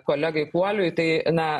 kolegai kuoliui tai na